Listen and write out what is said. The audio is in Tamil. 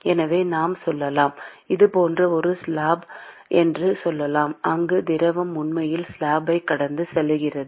எனவே நாம் சொல்லலாம் இது போன்ற ஒரு ஸ்லாப் என்று சொல்லலாம் அங்கு திரவம் உண்மையில் ஸ்லாப்பைக் கடந்து செல்கிறது